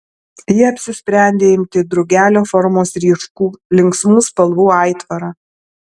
ji apsisprendė imti drugelio formos ryškų linksmų spalvų aitvarą